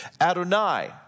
Adonai